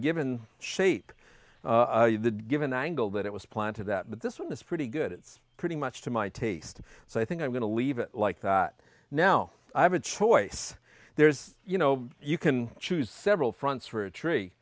given shape given the angle that it was planted that this one is pretty good it's pretty much to my taste so i think i'm going to leave it like that now i have a choice there's you know you can choose several fronts for a tree